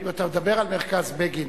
אם אתה מדבר על מרכז בגין,